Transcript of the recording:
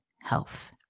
health